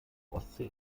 ostsee